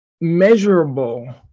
measurable